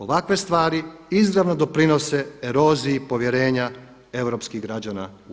Ovakve stvari izravno doprinose eroziji povjerenja europskih građana u EU.